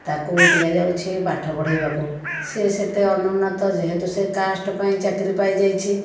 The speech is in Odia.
ତାକୁ ଦିଆଯାଉଛି ପାଠ ପଢ଼େଇବାକୁ ସିଏ ସେତେ ଅନୁନ୍ନତ ଯେହେତୁ ସିଏ କାଷ୍ଟ ପାଇଁ ଚାକିରି ପାଇଯାଇଛି